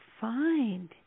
find